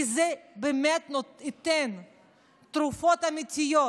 כי זה באמת ייתן תרופות אמיתיות,